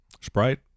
Sprite